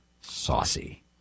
Saucy